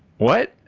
what?